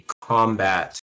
combat